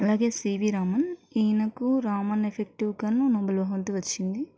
అలాగే సివి రామన్ ఈయనకు రామన్ ఎఫెక్ట్కి గాను నోబెల్ బహుమతి వచ్చింది